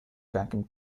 vacuum